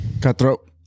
Cutthroat